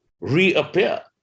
reappear